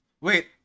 wait